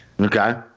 okay